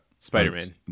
Spider-Man